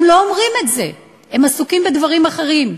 הם לא אומרים את זה, הם עסוקים בדברים אחרים,